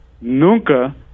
nunca